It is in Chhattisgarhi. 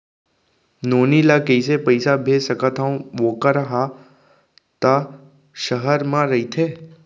नोनी ल कइसे पइसा भेज सकथव वोकर हा त सहर म रइथे?